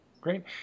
Great